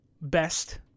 best